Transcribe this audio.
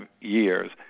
years